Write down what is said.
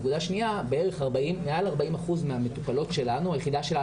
נקודה שנייה היא שמעל 40% מהמטופלות שלנו,